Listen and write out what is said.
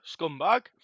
scumbag